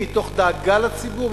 מתוך דאגה לציבור,